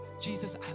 Jesus